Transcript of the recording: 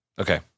Okay